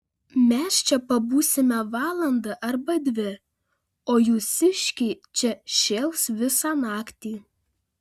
mes čia pabūsime valandą arba dvi o jūsiškiai čia šėls visą naktį